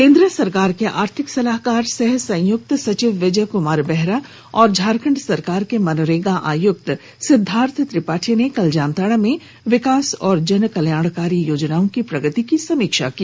केंद्र सरकार के आर्थिक सलाहकार सह संयुक्त सचिव विजय कुमार बेहरा और झारखंड सरकार के मनरेगा आयुक्त सिद्वार्थ त्रिपाठी ने कल जामताड़ा में विकास एवं जन कल्याणकारी योजनाओं की प्रगति की समीक्षा की